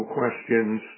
questions